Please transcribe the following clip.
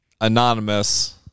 anonymous